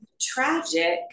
tragic